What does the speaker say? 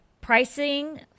pricing